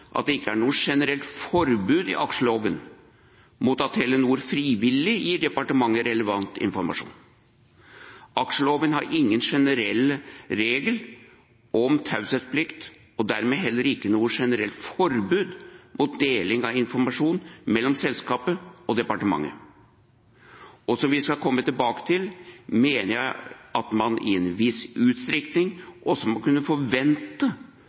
at det ikke er noe generelt forbud i aksjeloven mot at Telenor frivillig gir departementet relevant informasjon. Aksjeloven har ingen generell regel om taushetsplikt, og dermed heller ikke noe generelt forbud mot deling av informasjon mellom selskapet og departementet. Og som vi skal komme tilbake til, mener jeg at man i en viss utstrekning også må kunne forvente